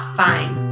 fine